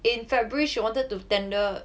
in february she wanted to tender